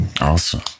Awesome